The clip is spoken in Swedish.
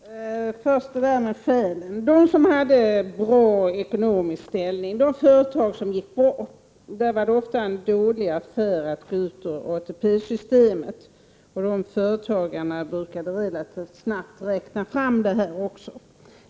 Herr talman! Först till frågan om skälen. För de människor som hade en bra ekonomisk ställning — de företag som gick bra — var det ofta en dålig affär att gå ut ur ATP-systemet. De företagarna brukade också relativt snabbt räkna fram detta.